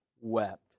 wept